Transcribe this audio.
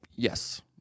Yes